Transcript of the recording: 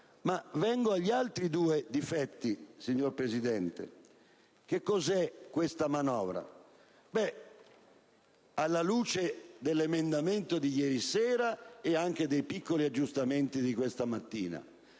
Vengo agli altri due difetti, signor Presidente. Che cos'è questa manovra, alla luce dell'emendamento di ieri sera e anche dei piccoli aggiustamenti di questa mattina?